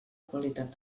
qualitat